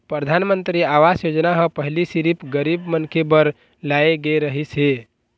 परधानमंतरी आवास योजना ह पहिली सिरिफ गरीब मनखे बर लाए गे रहिस हे